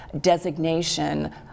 designation